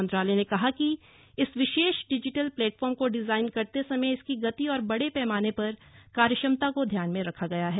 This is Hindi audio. मंत्रालय ने कहा कि इस विशेष डिजिटल प्लेटफॉर्म को डिजाइन करते समय इसकी गति और बड़े पैमाने पर कार्यक्षमता को ध्यान में रखा गया है